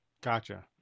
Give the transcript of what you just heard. Gotcha